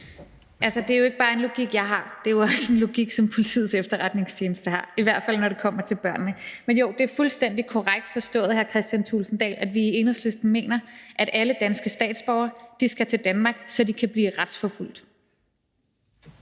Altså, det er jo ikke bare en logik, jeg har – det er jo også en logik, som Politiets Efterretningstjeneste har, i hvert fald når det kommer til børnene. Men jo, hr. Kristian Thulesen Dahl, det er fuldstændig korrekt forstået, at vi i Enhedslisten mener, at alle danske statsborgere skal til Danmark, så de kan blive retsforfulgt.